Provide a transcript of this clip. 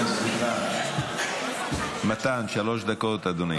בבקשה, אדוני.